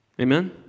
Amen